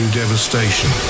devastation